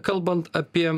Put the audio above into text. kalbant apie